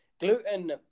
gluten